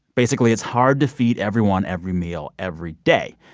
basically, it's hard to feed everyone every meal every day.